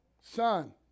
son